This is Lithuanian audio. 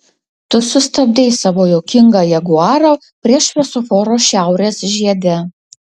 tu sustabdei savo juokingą jaguarą prie šviesoforo šiaurės žiede